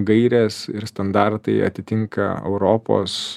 gairės ir standartai atitinka europos